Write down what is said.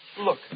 Look